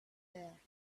there